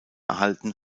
erhalten